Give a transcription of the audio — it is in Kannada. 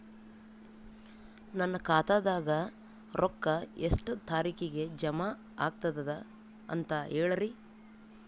ನನ್ನ ಖಾತಾದಾಗ ರೊಕ್ಕ ಎಷ್ಟ ತಾರೀಖಿಗೆ ಜಮಾ ಆಗತದ ದ ಅಂತ ಹೇಳರಿ?